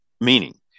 meaning